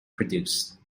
produced